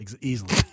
Easily